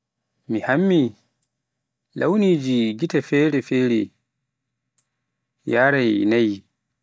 Mi hammii lawniiji gite feere-feere yahray e nayi.